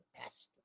pastor